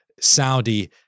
Saudi